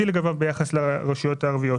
בערים המעורבות לעומת הרשויות הערביות.